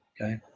Okay